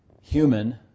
human